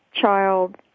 child